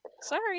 Sorry